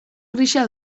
grisa